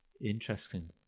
Interesting